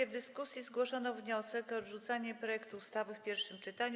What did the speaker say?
W dyskusji zgłoszono wniosek o odrzucenie projektu ustawy w pierwszym czytaniu.